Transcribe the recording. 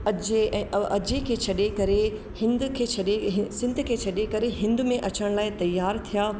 अझे ऐं अझे खे छॾे करे हिंद खे छॾे सिंध खे छॾे करे हिंद में अचण लाइ तयार थिया